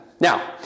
Now